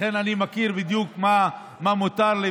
לכן אני יודע בדיוק מה מותר לי,